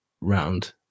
round